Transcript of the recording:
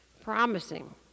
promising